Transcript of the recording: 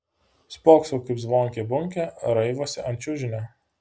spoksau kaip zvonkė bunkė raivosi ant čiužinio